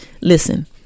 listen